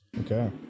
Okay